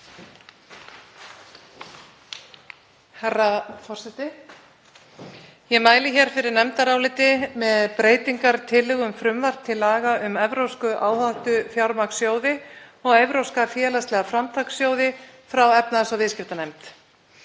Herra forseti. Ég mæli hér fyrir nefndaráliti með breytingartillögu um frumvarp til laga um evrópska áhættufjármagnssjóði og evrópska félagslega framtakssjóði frá efnahags- og viðskiptanefnd.